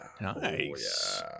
Nice